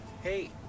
hey